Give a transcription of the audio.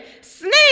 Snake